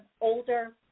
older